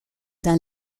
dans